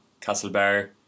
Castlebar